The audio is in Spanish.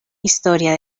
historia